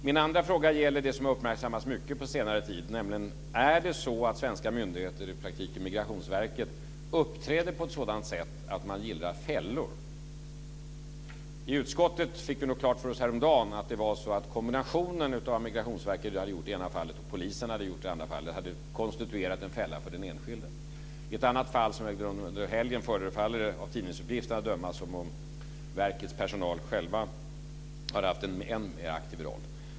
Min andra fråga gäller det som har uppmärksammats mycket på senare tid, nämligen: Är det så att svenska myndigheter - i praktiken Migrationsverket - uppträder på ett sådant sätt att man gillrar fällor? I utskottet fick vi klart för oss häromdagen att kombinationen av det som Migrationsverket hade gjort i det ena fallet och det som polisen hade gjort i andra fall hade konstruerat en fälla för den enskilde. I ett annat fall förefaller - av tidningsuppgifter under helgen att döma - som om verkets personal själv har haft en aktivare roll.